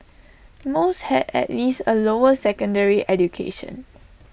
most had at least A lower secondary education